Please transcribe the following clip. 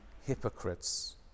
hypocrites